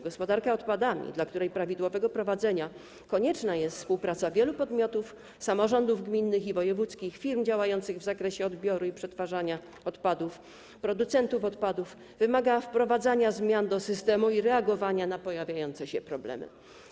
Gospodarka odpadami, dla której prawidłowego prowadzenia konieczna jest współpraca wielu podmiotów: samorządów gminnych i wojewódzkich, firm działających w zakresie odbioru i przetwarzania odpadów, producentów odpadów, wymaga wprowadzania zmian do systemu i reagowania na pojawiające się problemy.